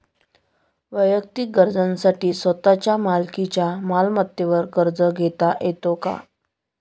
वैयक्तिक गरजांसाठी स्वतःच्या मालकीच्या मालमत्तेवर कर्ज घेता येतो का?